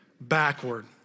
backward